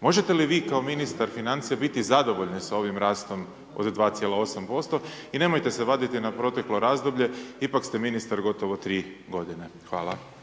možete li vi kao ministar financija biti zadovoljni sa ovim rastom od 2,8% i nemojte se vaditi na proteklo razdoblje, ipak ste ministar gotovo 3 godine. Hvala.